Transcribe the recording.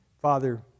Father